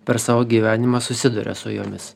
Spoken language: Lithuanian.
per savo gyvenimą susiduria su jomis